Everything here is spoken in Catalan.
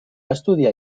estudiar